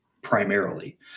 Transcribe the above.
primarily